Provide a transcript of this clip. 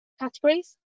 categories